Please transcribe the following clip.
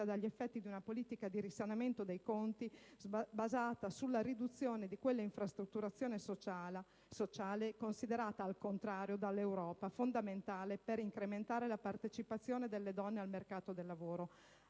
dagli effetti di una politica di risanamento dei conti pubblici basata su una riduzione di quella infrastrutturazione sociale considerata al contrario fondamentale per incrementare la partecipazione delle donne al mercato del lavoro.